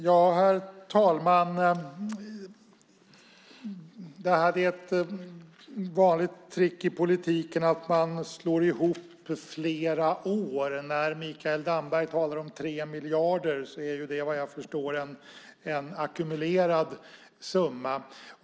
Herr talman! Det är ett vanligt trick i politiken att man slår ihop flera år. När Mikael Damberg talar om 3 miljarder är det, vad jag förstår, en ackumulerad summa.